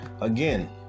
again